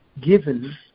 given